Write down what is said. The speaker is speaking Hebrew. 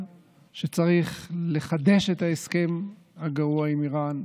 שצריך לחדש את ההסכם הגרוע עם איראן,